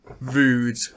rude